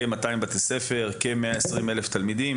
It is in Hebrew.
כ-200 בתי ספראלף תלמידים